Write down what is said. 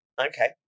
Okay